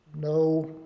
No